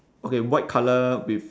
okay white colour with